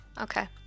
Okay